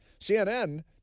CNN